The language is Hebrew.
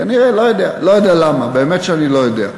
כנראה, לא יודע, לא יודע למה, באמת שאני לא יודע.